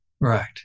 Right